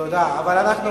ביטאתי את התחושה.